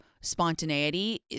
spontaneity